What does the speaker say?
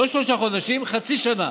לא שלושה חודשים, חצי שנה.